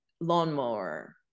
lawnmower